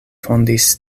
fondis